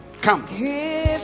Come